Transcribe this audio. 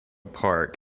park